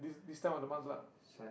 this time of the month lah